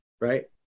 Right